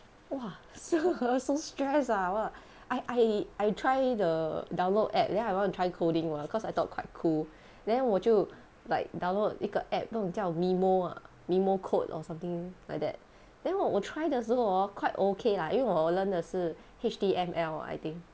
!wah! 是 so stress ah !wah! I I I try the download app then I want to try coding cause I thought quite cool then 我就 like download 一个 app 不懂叫 mimo ah mimo code or something like that then 我我 try 的时候 hor quite okay lah 因为我 learn 的是 H_T_M_L ah I think